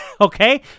Okay